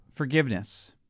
Forgiveness